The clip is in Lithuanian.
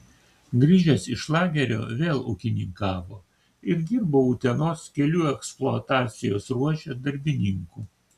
grįžęs iš lagerio vėl ūkininkavo ir dirbo utenos kelių eksploatacijos ruože darbininku